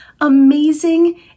amazing